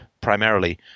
primarily